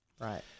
Right